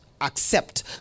accept